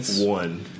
One